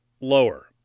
lower